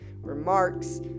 remarks